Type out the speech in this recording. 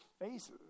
faces